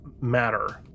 matter